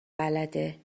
بلده